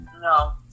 No